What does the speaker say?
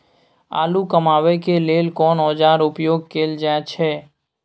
आलू कमाबै के लेल कोन औाजार उपयोग कैल जाय छै?